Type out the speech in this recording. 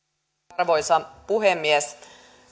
arvoisa puhemies